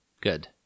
Good